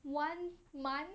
one months